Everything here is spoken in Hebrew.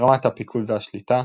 רמת הפיקוד והשליטה,